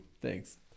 Thanks